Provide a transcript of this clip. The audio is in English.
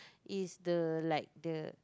is the like the